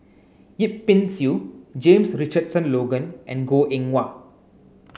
Yip Pin Xiu James Richardson Logan and Goh Eng Wah